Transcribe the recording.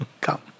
Come